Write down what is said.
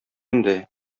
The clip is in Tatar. инде